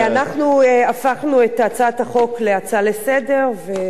אנחנו הפכנו את הצעת החוק להצעה לסדר-היום.